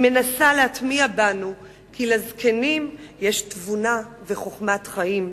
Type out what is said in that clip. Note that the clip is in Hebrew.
היא מנסה להטמיע בנו כי לזקנים יש תבונה וחוכמת חיים.